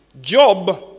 Job